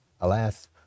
Alas